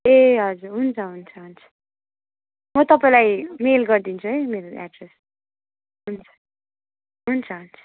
ए हजुर हुन्छ हुन्छ हुन्छ म तपाईँलाई मेल गरिदिन्छु है मेरो एड्रेस हुन्छ हुन्छ हुन्छ